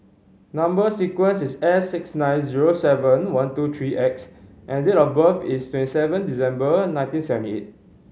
number sequence is S six nine zero seven one two three X and date of birth is twenty seven December and nineteen seventy eight